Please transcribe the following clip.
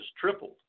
tripled